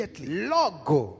logo